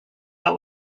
but